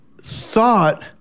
thought